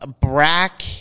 Brack